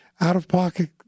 out-of-pocket